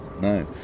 no